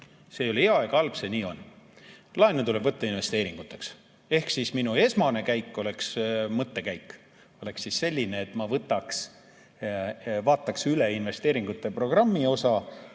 See ei ole hea ega halb, see nii on. Laenu tuleb võtta investeeringuteks. Minu esmane mõttekäik oleks selline, et ma vaataks üle investeeringute programmi ja